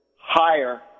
higher